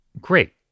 great